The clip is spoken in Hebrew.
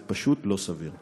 זה פשוט לא סביר.